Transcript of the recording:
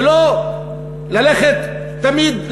ולא ללכת תמיד,